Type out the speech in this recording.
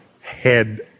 head